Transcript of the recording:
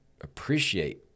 appreciate